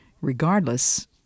regardless